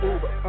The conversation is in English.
Uber